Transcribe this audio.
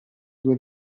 due